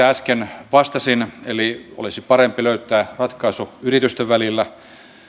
äsken vastasin eli olisi parempi löytää ratkaisu yritysten välillä